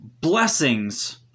blessings